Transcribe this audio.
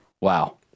Wow